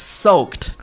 soaked